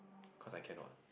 cause I can not